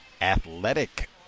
athletic